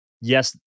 yes